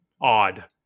odd